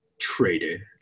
trader